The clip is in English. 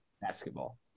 basketball